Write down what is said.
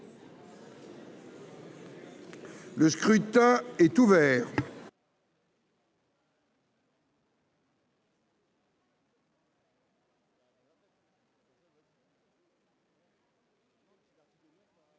Le scrutin est ouvert.